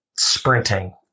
sprinting